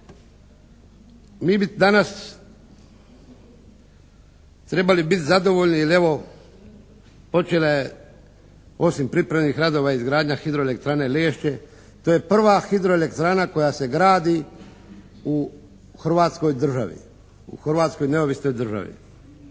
Mi bi danas trebali biti zadovoljni jer evo počela je osim pripremnih radova izgradnja hidroelektrane Lešće. To je prva hidroelektrana koja se gradi u Hrvatskoj državi, u hrvatskoj neovisnoj državi.